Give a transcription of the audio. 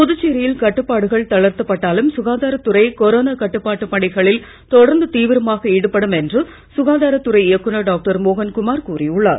புதுச்சேரியில் கட்டுப்பாடுகள் தளர்த்தப் பட்டாலும் சுகாதாரத் துறை கொரோனா கட்டுப்பாட்டு பணிகளில் தொடர்ந்து தீவிரமாக ஈடுபடும் என்று சுகாதாரத் துறை இயக்குநர் டாக்டர் மோகன் குமார் கூறியுள்ளார்